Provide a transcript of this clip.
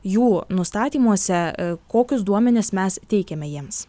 jų nustatymuose kokius duomenis mes teikiame jiems